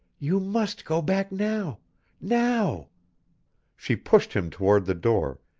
you must go back now now she pushed him toward the door,